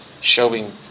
showing